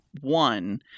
one